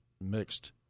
mixed